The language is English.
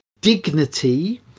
Dignity